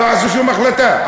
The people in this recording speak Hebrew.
לא עשו שום החלטה.